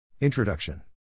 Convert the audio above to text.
Introduction